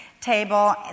table